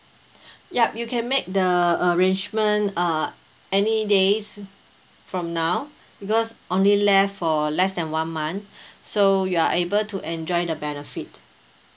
yup you can make the arrangement uh any days from now because only left for less than one month so you are able to enjoy the benefit